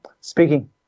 Speaking